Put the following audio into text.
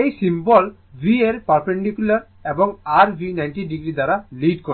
এই symbol V এর perpendicular এবং r V 90o দ্বারা লিড করছে